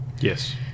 Yes